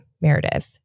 Meredith